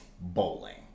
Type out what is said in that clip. bowling